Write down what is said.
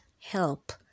help